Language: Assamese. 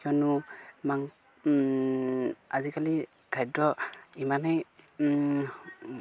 কিয়নো মাং আজিকালি খাদ্য ইমানেই